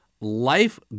life